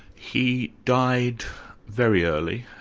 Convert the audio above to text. he died very early.